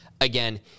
again